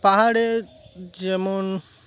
পাহাড়ে যেমন